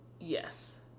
Yes